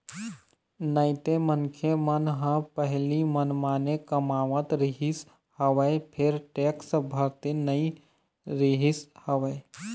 नइते मनखे मन ह पहिली मनमाने कमावत रिहिस हवय फेर टेक्स भरते नइ रिहिस हवय